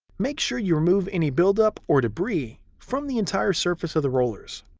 make sure you remove any buildup or debris from the entire surface of the rollers.